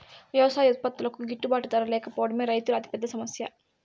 వ్యవసాయ ఉత్పత్తులకు గిట్టుబాటు ధర లేకపోవడమే రైతుల అతిపెద్ద సమస్య